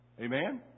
Amen